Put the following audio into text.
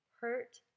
hurt